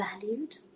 valued